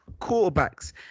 quarterbacks